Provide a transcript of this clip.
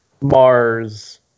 Mars